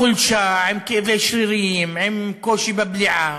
עם חולשה, עם כאבי שרירים, עם קושי בבליעה.